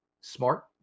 smart